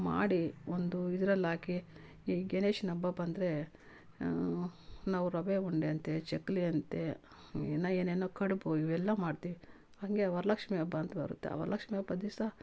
ಮಾಡಿ ಒಂದು ಇದ್ರಲ್ಲಿ ಹಾಕಿ ಈ ಗಣೇಶ್ನ ಹಬ್ಬ ಬಂದರೆ ನಾವು ರವೆ ಉಂಡೆ ಅಂತೆ ಚಕ್ಕುಲಿ ಅಂತೆ ಇನ್ನು ಏನೇನೋ ಕಡುಬು ಇವೆಲ್ಲ ಮಾಡ್ತೀವಿ ಹಂಗೆ ವರಲಕ್ಷ್ಮಿ ಹಬ್ಬ ಅಂತ ಬರುತ್ತೆ ಆ ವರಲಕ್ಷ್ಮಿ ಹಬ್ಬದ್ ದಿವ್ಸ